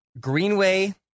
Greenway